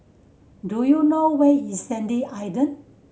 do you know where is Sandy Island